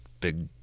big